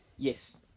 Yes